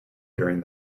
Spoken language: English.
during